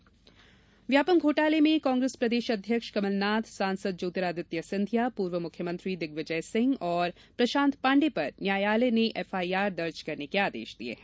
व्यापम व्यापम घोटाले में कांग्रेस प्रदेश अध्यक्ष कमलनाथ सांसद ज्योतिरादित्य सिंधिया पूर्व मुख्यमंत्री दिग्विजय सिंह और प्रशांत पाण्डे पर न्यायालय ने एफआईआर दर्ज करने के आदेश दिये हैं